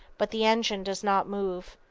but the engine does not move.